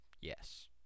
yes